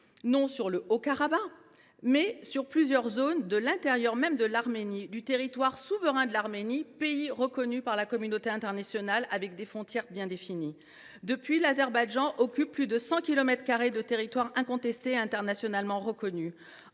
non sur le Haut Karabagh, mais sur plusieurs zones à l’intérieur même de l’Arménie, du territoire souverain de ce pays reconnu par la communauté internationale, avec des frontières bien définies. Depuis lors, l’Azerbaïdjan occupe plus 100 kilomètres carrés de territoires incontestés et internationalement reconnus.